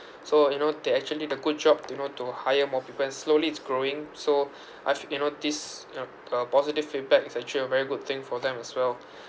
so you know they actually did a good job you know to hire more people and slowly it's growing so I've you noticed you know a positive feedback is actually a very good thing for them as well